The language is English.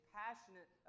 passionate